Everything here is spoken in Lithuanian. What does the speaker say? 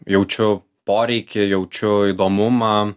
jaučiu poreikį jaučiu įdomumą